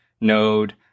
Node